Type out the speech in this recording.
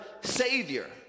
Savior